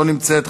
לא נמצאת,